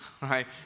right